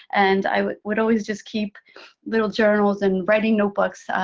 and i would would always just keep little journals and writing notebooks,